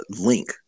link